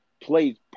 played